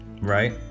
Right